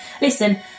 Listen